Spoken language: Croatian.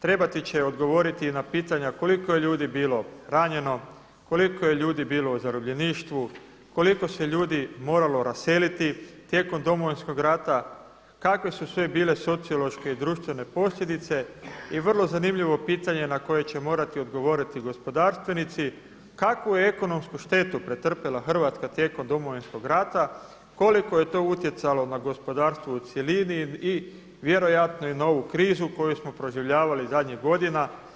Trebat će odgovoriti na pitanja koliko je ljudi bilo ranjeno, koliko je ljudi bilo u zarobljeništvu, koliko se ljudi moralo raseliti tijekom Domovinskog rata, kakve su sve bile sociološko i društvene posljedice i vrlo zanimljivo pitanje na koje će morati odgovoriti gospodarstvenici: kakvu je ekonomsku štetu pretrpjela Hrvatska tijekom Domovinskog rata, koliko je to utjecalo na gospodarstvo u cjelini i vjerojatno i novu krizu koju smo proživljavali zadnjih godina.